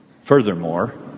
Furthermore